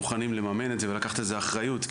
מוכנים לממן את זה ולקחת על זה אחריות,